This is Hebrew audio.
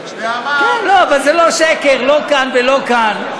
אבל זה לא שקר, לא כאן ולא כאן.